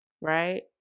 right